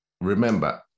Remember